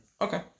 Okay